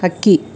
ಹಕ್ಕಿ